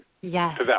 Yes